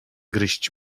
gryźć